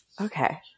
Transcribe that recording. Okay